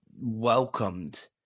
welcomed